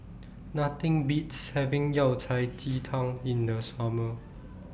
Nothing Beats having Yao Cai Ji Tang in The Summer